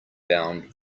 bound